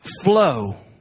flow